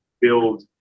build